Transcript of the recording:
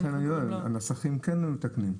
הנוסחים, כן מתקנים.